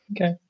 Okay